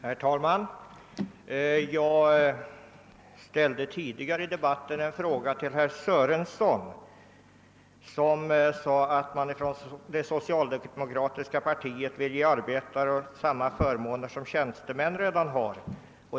Herr talman! Jag skall försöka uttrycka mig litet klarare den här gången. Orsaken till min fråga till herr statsministern var att herr Sörenson, som är herr Palmes partikamrat, uttalade att han ville ge arbetarna samma förmåner som tjänstemännen redan har.